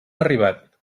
arribat